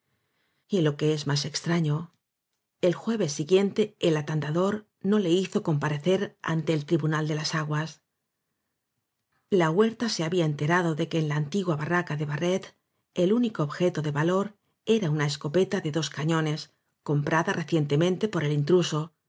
lo que es más extraño el jueves siguiente el atandador no le hizo comparecer ante el tribunal de las aguas la huerta se había enterado de que en la antigua barraca de barret el único objeto de valor era una escopeta de dos cañones com prada recientemente por el intruso